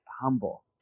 humble